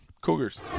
Cougars